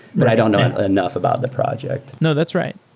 but i don't know enough about the project. no, that's right.